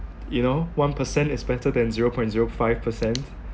you know one percent is better than zero point zero five percent